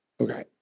Okay